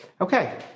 Okay